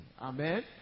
amen